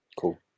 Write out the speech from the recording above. Cool